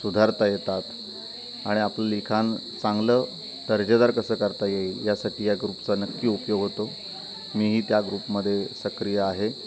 सुधारता येतात आणि आपलं लिखाण चांगलं दर्जेदार कसं करता येईल यासाठी या ग्रुपचा नक्की उपयोग होतो मीही त्या ग्रुपमध्ये सक्रिय आहे